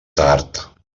tard